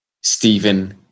Stephen